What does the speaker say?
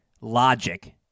logic